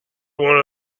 one